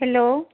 hello